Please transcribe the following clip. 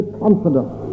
confidence